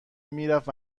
میرفت